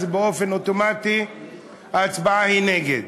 אז באופן אוטומטי ההצבעה היא נגד.